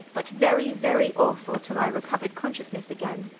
but very, very awful, till i recovered consciousness again.